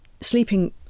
sleeping